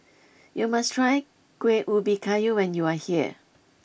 you must try Kuih Ubi Kayu when you are here